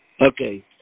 Okay